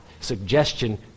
suggestion